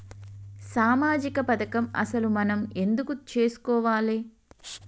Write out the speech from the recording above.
సామాజిక పథకం అసలు మనం ఎందుకు చేస్కోవాలే?